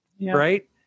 right